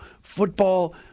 football